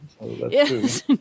yes